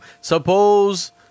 Suppose